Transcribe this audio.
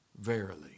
verily